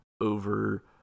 over